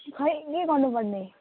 खै के गर्नुपर्ने